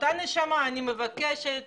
באותה נשימה אני מבקשת